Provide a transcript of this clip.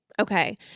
Okay